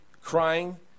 crying